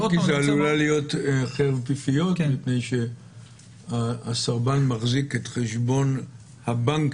זו עלולה להיות חרב פיפיות מפני שהסרבן מחזיק את חשבון הבנק,